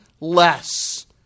less